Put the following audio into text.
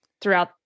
throughout